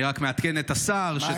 אני רק מעדכן את השר שתוכנית --- מה,